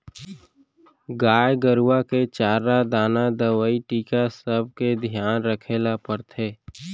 गाय गरूवा के चारा दाना, दवई, टीका सबके धियान रखे ल परथे